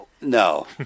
No